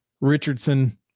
Richardson